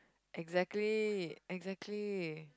exactly